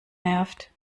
nervt